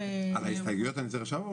על ההסתייגויות אני צריך עכשיו?